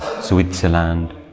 Switzerland